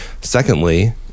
Secondly